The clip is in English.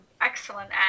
excellent